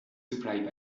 supplied